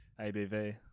ABV